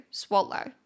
swallow